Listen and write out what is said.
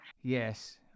yes